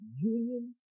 union